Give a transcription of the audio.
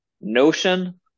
notion